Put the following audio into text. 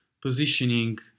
positioning